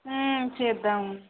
చేద్దాం